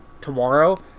tomorrow